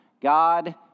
God